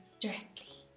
directly